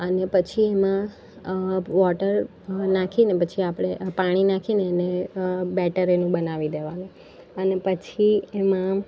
અને પછી એમાં વોટર નાંખીને પછી આપણે પાણી નાંખીને એને બેટર એનું બનાવી દેવાનું અને પછી એમાં